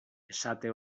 esate